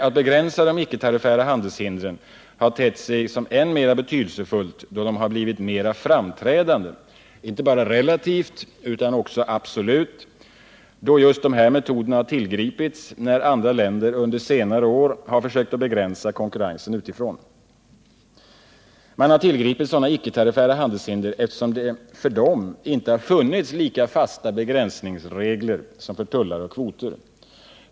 Att begränsa de icke-tariffära handelshindren har tett sig som än mera betydelsefullt då de blivit mera framträdande, inte bara relativt, utan också absolut. Just dessa metoder har tillgripits när andra länder , under senare år försökt begränsa konkurrensen utifrån. Man har tillgripit sådana icke-tariffära handelshinder eftersom det för dem inte funnits lika fasta begränsningsregler som för tullar och kvoter.